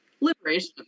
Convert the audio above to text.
Liberation